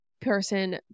person